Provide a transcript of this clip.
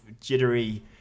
jittery